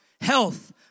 Health